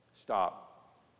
Stop